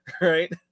right